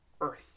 Earth